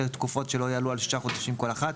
תקופות שלא יעלו על שישה חודשים כל אחת".